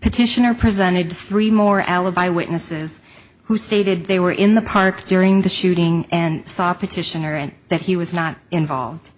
petitioner presented three more alibi witnesses who stated they were in the park during the shooting and saw petitioner and that he was not involved